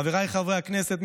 חבריי חברי הכנסת,